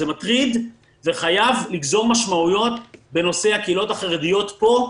זה מטריד וחייב לגזור משמעויות בנושא הקהילות החרדיות פה,